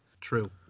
true